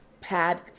pad